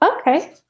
okay